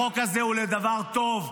החוק הזה הוא לדבר טוב,